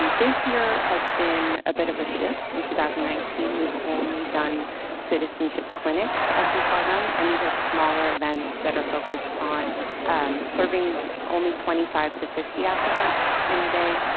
this year has been a bit of a shift in two thousand and nineteen. we've only done citizenship clinics as we call them. and these are smaller events that are focused on um serving only twenty five to fifty applicants in a day.